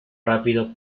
rápido